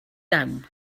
down